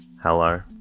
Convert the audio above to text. Hello